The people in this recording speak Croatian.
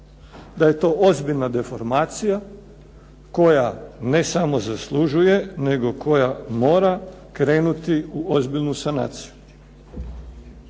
da je to ozbiljna deformacija koja ne samo zaslužuje, nego koja mora krenuti u ozbiljnu sanaciju.